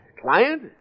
client